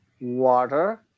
water